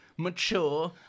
mature